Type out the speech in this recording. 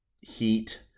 Heat